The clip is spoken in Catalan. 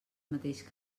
mateix